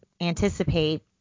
anticipate